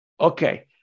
Okay